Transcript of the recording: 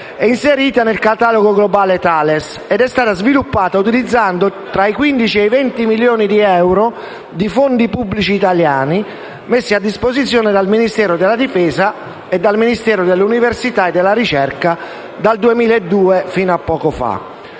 e inserita nel catalogo globale del gruppo Thales, che è stata sviluppata utilizzando circa 15-20 milioni di euro di fondi pubblici italiani messi a disposizione dal Ministero della difesa e dal Ministero dell'università e della ricerca, dal 2002 ai tempi